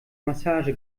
massage